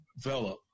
develop